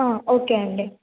ఆ ఓకే అండి